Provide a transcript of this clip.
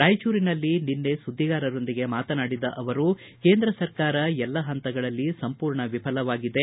ರಾಯಚೂರಿನಲ್ಲಿ ನಿನ್ನೆ ಸುದ್ದಿಗಾರರೊಂದಿಗೆ ಮಾತನಾಡಿದ ಅವರು ಕೇಂದ್ರ ಸರ್ಕಾರ ಎಲ್ಲ ಹಂತಗಳಲ್ಲಿ ಸಂಪೂರ್ಣ ವಿಫಲವಾಗಿದೆ